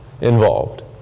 involved